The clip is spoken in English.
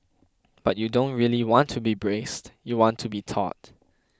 but you don't really want to be braced you want to be taut